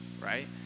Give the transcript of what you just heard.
right